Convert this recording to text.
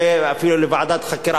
זה אפילו לוועדת חקירה.